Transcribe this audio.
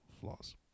flaws